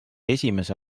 esimese